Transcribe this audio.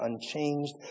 unchanged